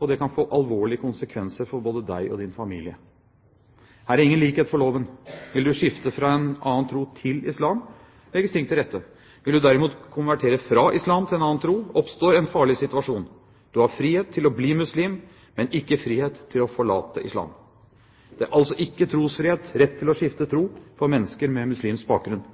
Og det kan få alvorlige konsekvenser for både deg og din familie. Her er ingen likhet for loven: Vil du skifte fra en annen tro til islam, legges ting til rette. Vil du derimot konvertere fra islam til en annen tro, oppstår en farlig situasjon. Du har frihet til å bli muslim, men ikke frihet til å forlate islam. Det er altså ikke trosfrihet – rett til å skifte tro – for mennesker med muslimsk bakgrunn.